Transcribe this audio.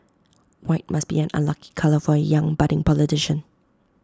white must be an unlucky colour for A young budding politician